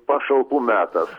pašalpų metas